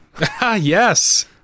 yes